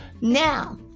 Now